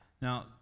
Now